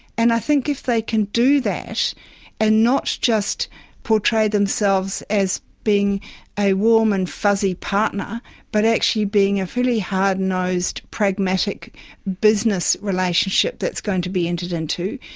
and i think if they can do that and not just portray themselves as being a warm and fuzzy partner but actually being a really hard-nosed, pragmatic business relationship that is going to be entered into,